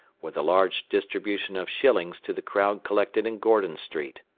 with a large distribution of shillings to the crowd collected in gordon street.